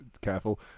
careful